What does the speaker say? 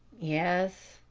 yes,